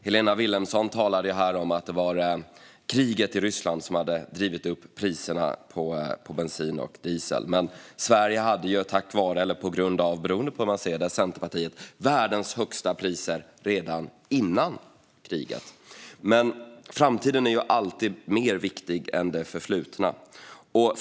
Helena Vilhelmsson talade här om att det var Rysslands krig som hade drivit upp priserna på bensin och diesel, men Sverige hade ju tack vare eller på grund av, beroende hur man ser det i Centerpartiet, världens högsta priser redan före kriget. Framtiden är dock alltid viktigare än det förflutna.